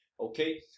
Okay